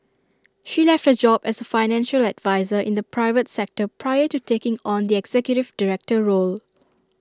she left her job as A financial adviser in the private sector prior to taking on the executive director role